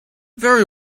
very